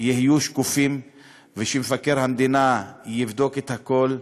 יהיו שקופים ושמבקר המדינה יבדוק את הכול,